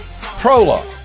prologue